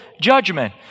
judgment